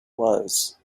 was